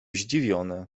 zdziwiony